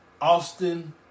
Austin